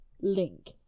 link